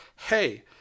hey